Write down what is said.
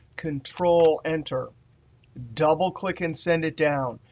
control-enter, double click and send it down.